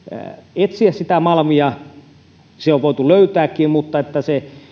etsiä sitä malmia sitä on voitu löytääkin mutta että se